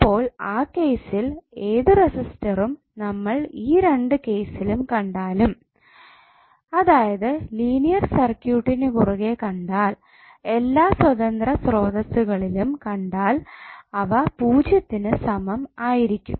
അപ്പോൾ ആ കേസിൽ ഏതു റെസിസ്റ്ററും നമ്മൾ ഈ രണ്ടു കേസിൽ കണ്ടാലും അതായത് ലീനിയർ സർക്യൂട്ടിനു കുറുകെ കണ്ടാൽ എല്ലാ സ്വതന്ത്ര സ്രോതസ്സുകളിലും കണ്ടാൽ അവ പൂജ്യത്തിനു സമം ആയിരിക്കും